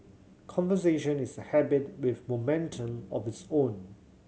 conversation is a habit with momentum of its own